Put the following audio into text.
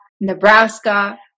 Nebraska